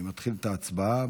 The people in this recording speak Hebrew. אני מתחיל את ההצבעה.